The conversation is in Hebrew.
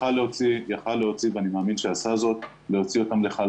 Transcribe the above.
יכול ואני מאמין שהוא עשה את זה יצאו לחל"ת.